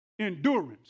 Endurance